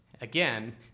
again